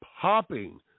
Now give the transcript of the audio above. popping